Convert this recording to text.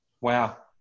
Wow